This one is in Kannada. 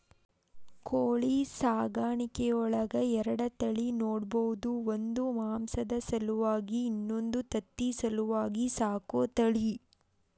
ಕೋಳಿ ಸಾಕಾಣಿಕೆಯೊಳಗ ಎರಡ ತಳಿ ನೋಡ್ಬಹುದು ಒಂದು ಮಾಂಸದ ಸಲುವಾಗಿ ಇನ್ನೊಂದು ತತ್ತಿ ಸಲುವಾಗಿ ಸಾಕೋ ತಳಿ